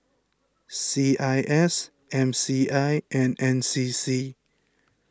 C I S M C I and N C C